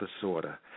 disorder